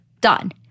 done